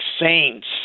saints